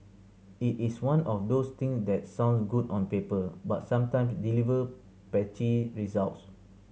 it is one of those things that sounds good on paper but sometime deliver patchy results